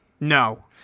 No